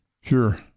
Sure